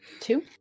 two